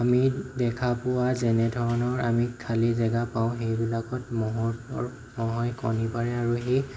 আমি দেখা পোৱা যেনে ধৰণৰ আমি খালি জেগা পাওঁ সেইবিলাকত মহৰ মহে কণী পাৰে আৰু সেই